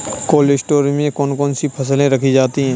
Cold storage में कौन कौन सी फसलें रखी जाती हैं?